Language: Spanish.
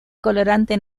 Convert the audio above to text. colorante